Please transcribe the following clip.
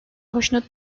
hoşnut